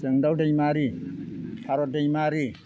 जोंदाव दैमारि सारद दैमारि